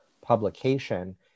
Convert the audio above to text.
publication